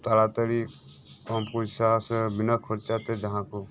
ᱠᱷᱩᱵ ᱛᱟᱲᱟ ᱛᱟᱲᱤ ᱠᱚᱢ ᱯᱚᱭᱥᱟ ᱥᱮ ᱵᱤᱱᱟᱹ ᱠᱷᱚᱨᱪᱟᱛᱮ ᱡᱟᱦᱟ ᱠᱚ